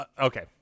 okay